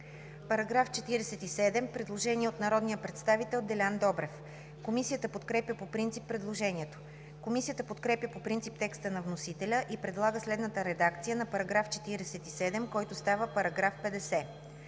5-7 и 10“.“ Предложение от народния представител Делян Добрев. Комисията подкрепя предложението. Комисията подкрепя по принцип текста на вносителя и предлага следната редакция на § 53, който става § 55: „§ 55.